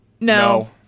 No